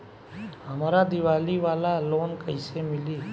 हमरा दीवाली वाला लोन कईसे मिली?